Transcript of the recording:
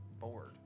bored